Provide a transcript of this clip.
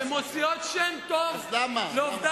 אז למה?